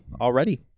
already